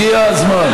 הגיע הזמן.